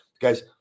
Guys